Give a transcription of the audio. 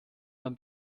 man